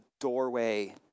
doorway